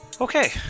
okay